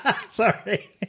Sorry